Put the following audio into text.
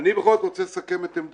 אני בכל זאת רוצה לסכם את עמדתי.